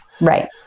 Right